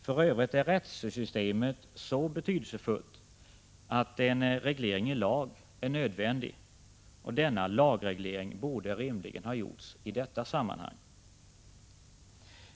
För övrigt är rättelsesystemet så betydelsefullt att en reglering i lag är nödvändig, och denna lagreglering borde rimligen ha gjorts i detta sammanhang.